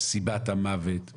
סיבת המוות,